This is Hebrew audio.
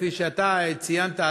כפי שציינת,